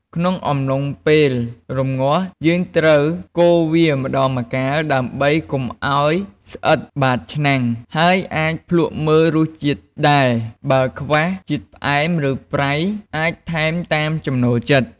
ក្នុងអំឡុងពេលរម្ងាស់ យើងត្រូវកូរវាម្ដងម្កាល ដើម្បីកុំឱ្យស្អិតបាតឆ្នាំង ហើយអាចភ្លក្សមើលរសជាតិដែរ បើខ្វះជាតិផ្អែម ឬប្រៃ អាចថែមតាមចំណូលចិត្ត។